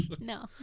No